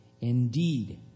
Indeed